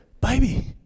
Baby